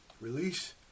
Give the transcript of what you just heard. release